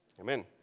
Amen